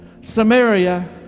Samaria